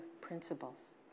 principles